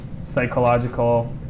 psychological